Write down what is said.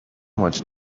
much